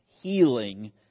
healing